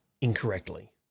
incorrectly